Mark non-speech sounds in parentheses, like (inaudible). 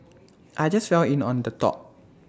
(noise) I just fell in on the top